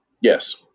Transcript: Yes